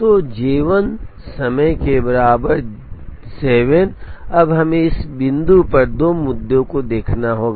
तो J 1 समय के बराबर 7 अब हमें इस बिंदु पर दो मुद्दों को देखना होगा